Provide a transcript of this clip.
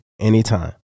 anytime